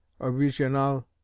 original